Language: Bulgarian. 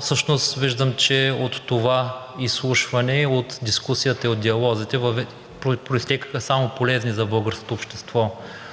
Всъщност виждам, че от това изслушване, от дискусията и от диалозите произтече само полезна за българското общество